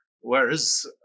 whereas